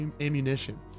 ammunition